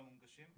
לא מונגשים.